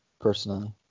personally